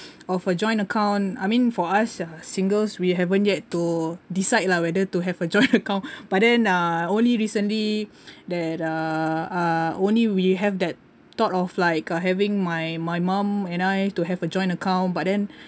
of a joint account I mean for us uh singles we haven't yet to decide lah whether to have a joint account but then ah only recently that uh only we have that thought of like uh having my my mom and I to have a joint account but then